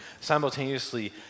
simultaneously